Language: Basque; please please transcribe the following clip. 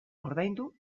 ordaindu